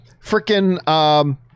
freaking